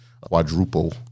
quadruple